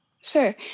Sure